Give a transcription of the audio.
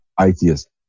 atheist